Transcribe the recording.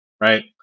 right